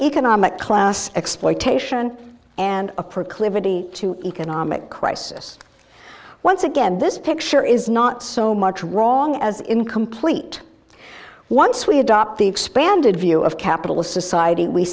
economic class exploitation and a proclivity to economic crisis once again this picture is not so much wrong as incomplete once we adopt the expanded view of capitalist society we